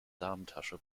damentasche